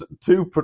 two